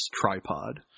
tripod